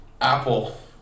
Apple